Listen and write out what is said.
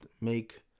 make